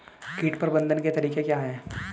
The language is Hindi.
कीट प्रबंधन के तरीके क्या हैं?